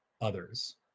others